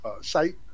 site